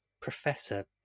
professor